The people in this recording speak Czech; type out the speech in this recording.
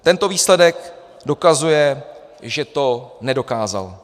Tento výsledek dokazuje, že to nedokázal.